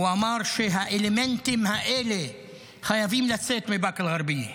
הוא אמר: שהאלמנטים האלה חייבים לצאת מבאקה אל-גרבייה.